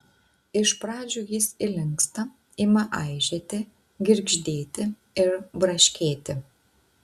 iš pradžių jis įlinksta ima aižėti girgždėti ir braškėti